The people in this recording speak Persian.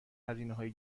هزینههای